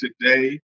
today